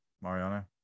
Mariano